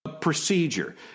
procedure